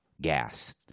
gas